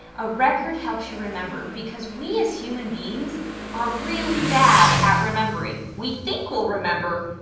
a record helps you remember. because we as human beings are really bad at remembering. we think we'll remember,